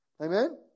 Amen